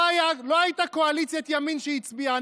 לא הייתה קואליציית ימין שהצביעה,